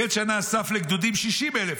"מקץ שנה אסף לגדודים שישים אלף",